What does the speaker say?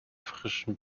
frischen